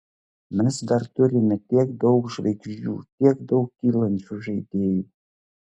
mes dar turime tiek daug žvaigždžių tiek daug kylančių žaidėjų